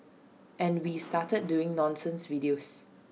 and we started doing nonsense videos